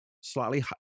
slightly